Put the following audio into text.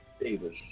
Davis